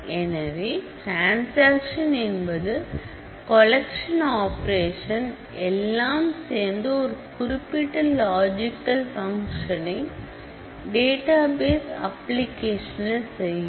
எனவே டிரன்சாக்சன் என்பது collection operation எல்லாம் சேர்ந்து ஒரு குறிப்பிட்ட லாஜிக்கல் பங்க்ஷனை டேட்டாபேஸ் அப்ளிகேஷனில் செய்யும்